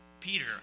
Peter